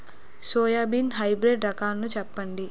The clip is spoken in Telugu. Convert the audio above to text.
సోయాబీన్ హైబ్రిడ్ రకాలను చెప్పండి?